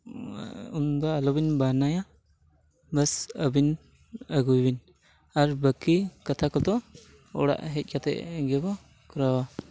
ᱩᱱ ᱫᱚ ᱟᱞᱚᱵᱤᱱ ᱵᱟᱦᱱᱟᱭᱟ ᱵᱟᱥ ᱟᱹᱵᱤᱱ ᱟᱹᱜᱩᱭ ᱵᱤᱱ ᱟᱨ ᱵᱟᱹᱠᱤ ᱠᱟᱛᱷᱟ ᱠᱚᱫᱚ ᱚᱲᱟᱜ ᱦᱮᱡ ᱠᱟᱛᱮᱫ ᱜᱮᱵᱚ ᱠᱚᱨᱟᱣᱟ